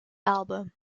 album